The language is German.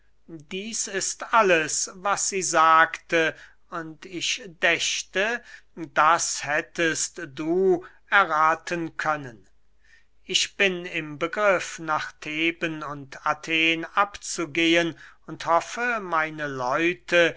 dieß ist alles was sie sagte und ich dächte das hättest du errathen können ich bin im begriff nach theben und athen abzugehen und hoffe meine leute